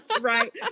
right